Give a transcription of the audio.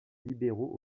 libéraux